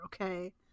Okay